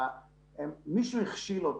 מישהו הכשיל אותם.